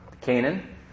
Canaan